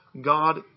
God